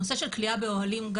הנושא של כליאה באוהלים,